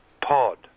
Pod